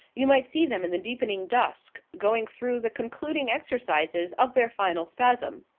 you might see them in the deepening dusk, going through the concluding exercises of their final spasm.